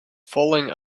falling